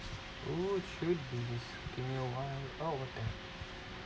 oh should be working in a while oh okay